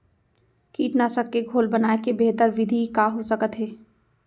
कीटनाशक के घोल बनाए के बेहतर विधि का हो सकत हे?